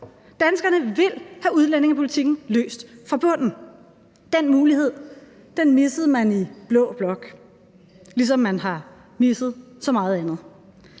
Danskerne vil have udlændingepolitikken løst fra bunden. Den mulighed missede man i blå blok, ligesom man har misset så meget andet.